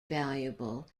valuable